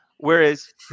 Whereas